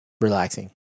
relaxing